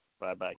Bye-bye